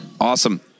Awesome